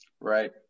Right